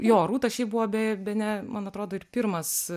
jo rūta šiaip buvo beje bene man atrodo ir pirmas